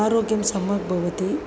आरोग्यं सम्यक् भवति